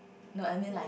not I mean like